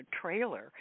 trailer